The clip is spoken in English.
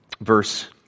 verse